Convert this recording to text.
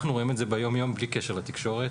אנחנו רואים את זה יום-יום בלי קשר לתקשורת